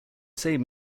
same